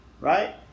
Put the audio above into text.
right